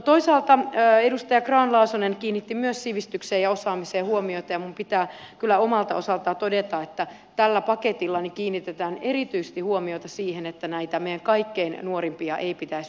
toisaalta edustaja grahn laasonen kiinnitti myös sivistykseen ja osaamiseen huomiota ja minun pitää kyllä omalta osaltani todeta että tällä paketilla kiinnitetään erityisesti huomiota siihen että näitä meidän kaikkein nuorimpia ei pitäisi nyt jättää